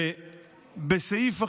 ובסעיף אחר,